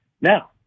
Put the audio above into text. Now